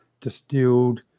distilled